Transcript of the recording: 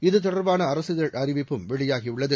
இது தொடர்பான அரசிதழ் அறிவிப்பும் வெளியாகியுள்ளது